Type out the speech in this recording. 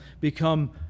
become